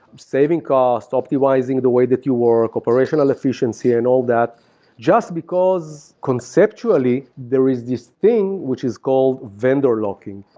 saving cost, optimizing the way that you work, operational efficiency and all that just because conceptually there is this thing which is called vendor-locking.